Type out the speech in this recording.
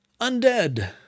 undead